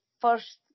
first